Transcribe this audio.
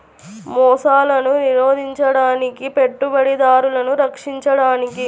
మోసాలను నిరోధించడానికి, పెట్టుబడిదారులను రక్షించడానికి